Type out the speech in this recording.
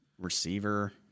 receiver